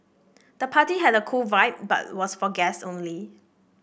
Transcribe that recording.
the party had a cool vibe but was for guests only